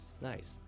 nice